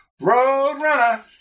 Roadrunner